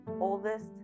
oldest